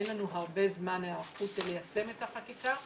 אין לנו הרבה זמן הערכות ליישם את החקיקה.